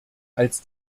als